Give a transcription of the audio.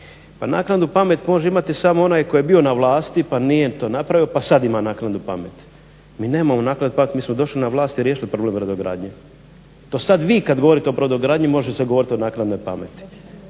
pa naknadnu pamet može imati samo onaj tko je bio na vlasti pa nije to napravio pa sad ima naknadnu pamet. Mi nemamo naknadnu pamet, mi smo došli na vlast i riješili problem brodogradnje. To sad vi kad govorite o brodogradnji može se govorit o naknadnoj pameti,